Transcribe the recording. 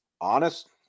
honest